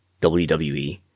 WWE